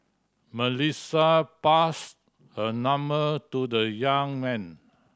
Melissa passed her number to the young man